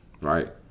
right